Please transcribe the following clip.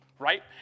Right